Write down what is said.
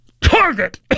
Target